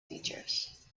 features